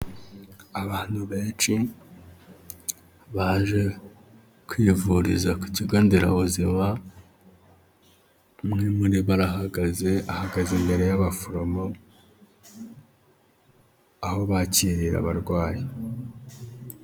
Abantu benshi baje kwivuriza ku kigo nderabuzima umwe muri bo arahagaze ahagaze imbere y'abaforomo aho bakirira abarwayi.